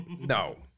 no